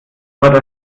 das